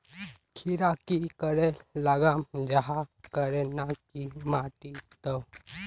खीरा की करे लगाम जाहाँ करे ना की माटी त?